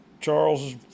Charles